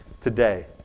today